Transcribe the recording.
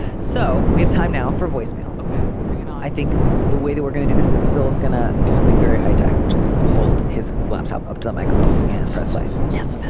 so we have time now for voicemail. ok. bring it on. i think the way that we're going to do this is phil is going to disney very high tech which is hold his laptop up to a microphone and press play. yes